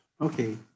Okay